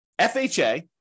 FHA